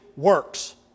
works